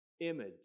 image